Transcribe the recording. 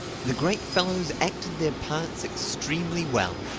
the great fellows acted their parts extremely well.